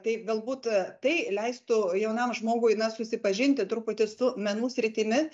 tai galbūt tai leistų jaunam žmogui na susipažinti truputį su menų sritimi